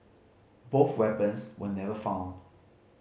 both weapons were never found